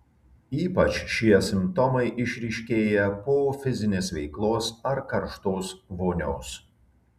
ypač šie simptomai išryškėja po fizinės veiklos ar karštos vonios